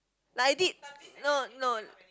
like I did no no